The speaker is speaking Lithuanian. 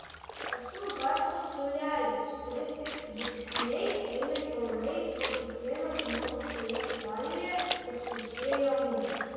esu garso siūlelis kuris it dygsniai eina kiaurai pro kiekvieną žmogų šioje salėje ir susieja mus